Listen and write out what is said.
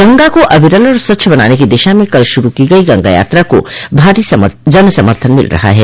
गंगा को अविरल और स्वच्छ बनाने की दिशा में कल शूरू की गई गंगा यात्रा को भारी जनसमर्थन मिल रहा है